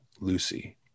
Lucy